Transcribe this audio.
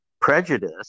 prejudice